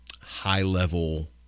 high-level